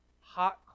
hot